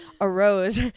arose